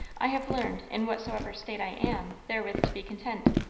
i have learned, in whatsoever state i am, therewith to be content